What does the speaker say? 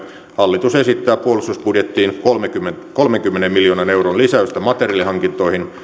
hallitus esittää puolustusbudjettiin kolmenkymmenen miljoonan euron lisäystä materiaalihankintoihin